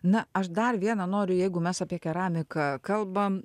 na aš dar vieną noriu jeigu mes apie keramiką kalbam